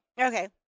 Okay